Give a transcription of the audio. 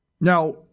Now